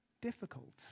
difficult